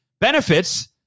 benefits